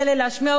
להשמיע אותם,